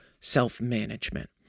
self-management